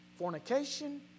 fornication